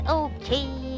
okay